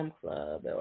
club